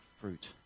fruit